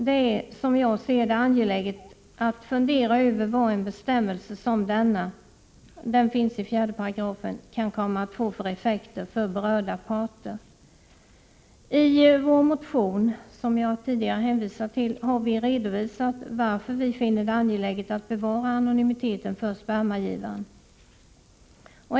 Det är, som jag ser det, angeläget att fundera över vad en bestämmelse som denna —den finns i4 §— kan komma att få för effekter för berörda parter. I vår motion, som jag tidigare hänvisat till, har vi redovisat varför vi finner det angeläget att bevara anonymiteten för spermagivaren.